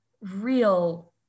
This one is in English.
real